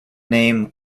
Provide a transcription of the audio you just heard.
name